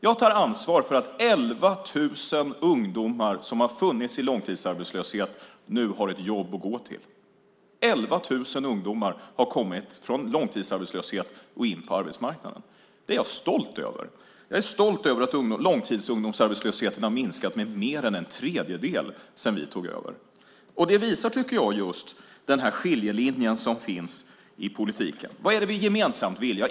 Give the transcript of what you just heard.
Jag tar ansvar för att 11 000 ungdomar som har varit långtidsarbetslösa nu har ett jobb att gå till. 11 000 har gått från långtidsarbetslöshet in på arbetsmarknaden. Jag är stolt över det och över att långtidsungdomsarbetslösheten har minskat med mer än en tredjedel sedan vi tog över. Det visar skiljelinjen som finns i politiken. Vad är det vi gemensamt vill?